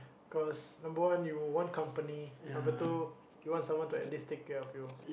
cause number one you want company number two you want someone to at least take care of you